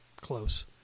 close